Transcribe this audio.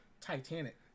Titanic